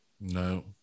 No